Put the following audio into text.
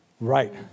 Right